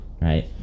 right